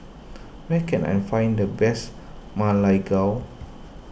where can I find the best Ma Lai Gao